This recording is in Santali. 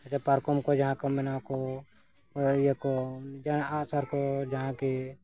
ᱯᱟᱨᱠᱚᱢ ᱠᱚ ᱡᱟᱦᱟᱸ ᱠᱚ ᱢᱮᱱᱟ ᱠᱚ ᱤᱭᱟᱹ ᱠᱚ ᱡᱟᱦᱟᱸ ᱟᱜ ᱥᱟᱨ ᱠᱚ ᱡᱟᱦᱟᱸ ᱠᱤ